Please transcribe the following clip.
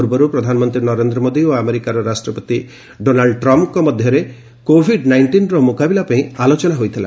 ପୂର୍ବରୁ ପ୍ରଧାନମନ୍ତ୍ରୀ ନରେନ୍ଦ୍ର ମୋଦୀ ଓ ଆମେରିକାର ରାଷ୍ଟ୍ରପତି ଡୋନାଲ୍ଚ ଟ୍ରମ୍ଫ୍ଙ୍କ ମଧ୍ୟରେ କୋଭିଡ୍ ନାଇଷ୍ଟିନ୍ର ମୁକାବିଲା ପାଇଁ ଆଲୋଚନା ହୋଇଥିଲା